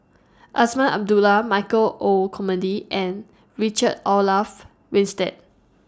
Azman Abdullah Michael Olcomendy and Richard Olaf Winstedt